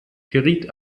geriet